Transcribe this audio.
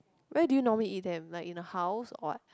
where do you normally eat them like in the house or what